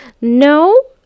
No